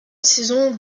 saison